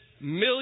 millions